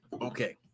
Okay